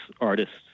artists